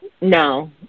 No